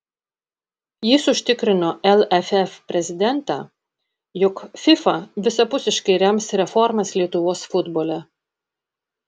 jis užtikrino lff prezidentą jog fifa visapusiškai rems reformas lietuvos futbole